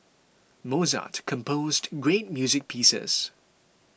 Mozart composed great music pieces